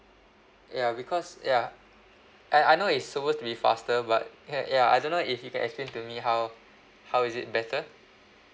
ya because ya I I know it's supposed to be faster but ya ya I don't know if you can explain to me how how is it better